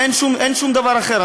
אין שום דבר אחר.